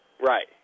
Right